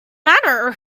matter